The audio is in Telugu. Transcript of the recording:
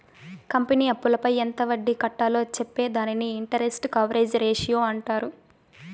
కంపెనీ అప్పులపై ఎంత వడ్డీ కట్టాలో చెప్పే దానిని ఇంటరెస్ట్ కవరేజ్ రేషియో అంటారు